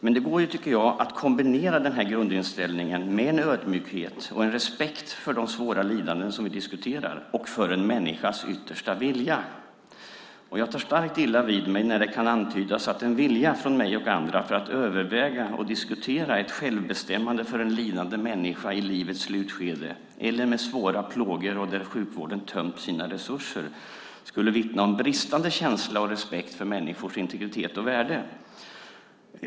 Men det går, tycker jag, att kombinera denna grundinställning med en ödmjukhet och en respekt för de svåra lidanden som vi diskuterar och för en människas yttersta vilja. Jag tar starkt illa vid mig när det kan antydas att en vilja från mig och andra att överväga och diskutera ett självbestämmande för en lidande människa i livets slutskede eller med svåra plågor och där sjukvården tömt sina resurser skulle vittna om bristande känsla och respekt för människors integritet och värde.